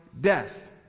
death